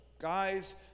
guys